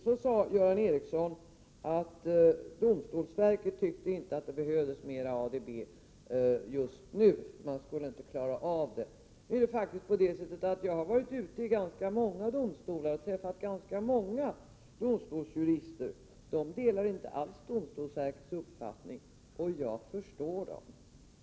Så sade Göran Ericsson att domstolsverket inte tycker att det behövs mer ADB just nu. Man skulle inte klara av det. Jag har faktiskt besökt ganska många domstolar och träffat ganska många domstolsjurister. De delar inte alls domstolsverkets uppfattning. Jag förstår dem.